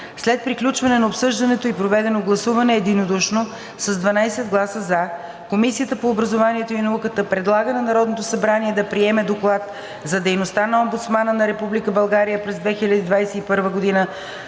След приключване на обсъждането и проведено гласуване единодушно с 12 гласа „за“ Комисията по образованието и науката предлага на Народното събрание да приеме Доклад за дейността на Омбудсмана на Република